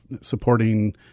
supporting